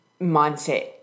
mindset